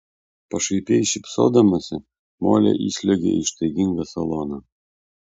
pašaipiai šypsodamasi molė įsliuogė į ištaigingą saloną